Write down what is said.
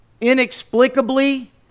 inexplicably